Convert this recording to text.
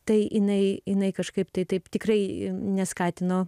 tai jinai jinai kažkaip tai taip tikrai neskatino